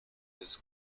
his